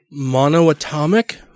Monoatomic